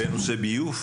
בנושא ביוב?